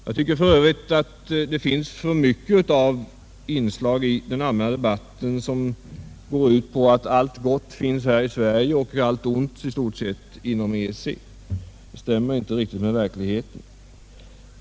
Jag tycker för övrigt att alltför många inslag i den allmänna debatten går ut på att allt gott finns här i Sverige och allt ont i stort sett inom EEC. Det stämmer inte riktigt med verkligheten.